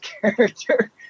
character